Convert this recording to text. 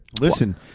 Listen